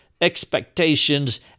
expectations